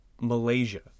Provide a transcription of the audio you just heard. Malaysia